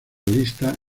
lista